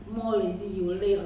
only thirty steps